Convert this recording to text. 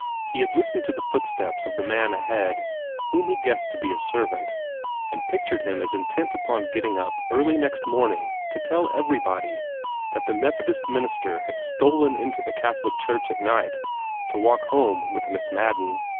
he had listened to the footsteps of the man ahead whom he guessed to be a servant and pictured him as intent upon getting up early next morning to tell everybody that the methodist minister had stolen into the catholic church at night to walk home with miss madden.